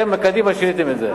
אתם בקדימה שיניתם את זה.